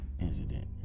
incident